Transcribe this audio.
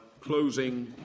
closing